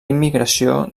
immigració